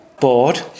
board